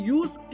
use